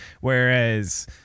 whereas